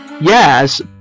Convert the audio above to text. Yes